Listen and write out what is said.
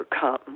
come